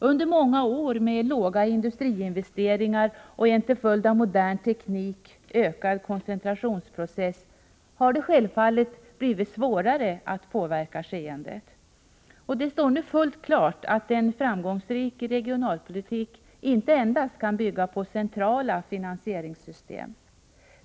Under många år med låga industriinvesteringar och en till följd av modern teknik ökad koncentrationsprocess har det självfallet blivit svårare att påverka skeendet. Det står nu fullt klart att en framgångsrik regionalpolitik inte kan bygga endast på centrala finansieringssystem.